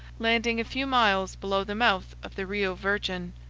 landing a few miles below the mouth of the rio virgen.